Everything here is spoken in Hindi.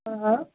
हाँ हाँ